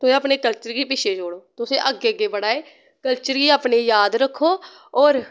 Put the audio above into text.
तुस अपने कल्चर गी पिछें छोड़ो तुस अग्गे अग्गे पढ़ा दे कल्चर गी अपने गी जाद रक्खो और